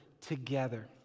together